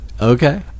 okay